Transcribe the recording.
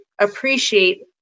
appreciate